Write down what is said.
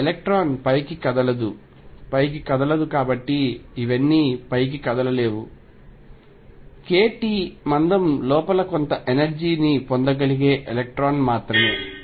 ఈ ఎలక్ట్రాన్ పైకి కదలదు పైకి కదలదు కాబట్టి ఇవన్నీ పైకి కదలలేవు kT మందం లోపల కొంత ఎనర్జీ ని పొందగలిగే ఎలక్ట్రాన్ మాత్రమే